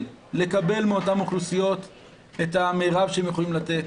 מאותן אוכלוסיות את המרב שהן יכולות לתת.